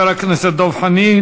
תודה לחבר הכנסת דב חנין.